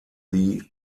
the